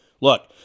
Look